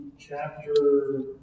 chapter